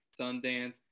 Sundance